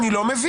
אני לא מבין.